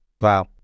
wow